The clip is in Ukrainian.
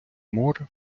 море